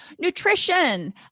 Nutrition